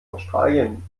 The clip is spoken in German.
australien